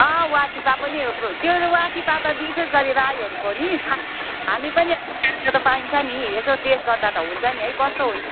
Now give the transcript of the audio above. अँ वाचिप्पा पनि अब त्यो वाचिप्पा त विशेष गरी राईहरूको हो नि हामी पनि चाख्न त पाइन्छ नि यसो टेस्ट गर्दा त हुन्छ नि कस्तो हुन्छ भन्ने